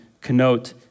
connote